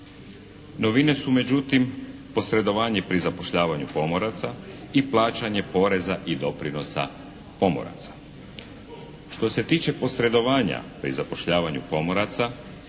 Novine su međutim posredovanje pri zapošljavanju pomoraca i plaćanje poreza i doprinosa pomoraca. Što se tiče posredovanja pri zapošljavanju pomoraca